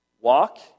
Walk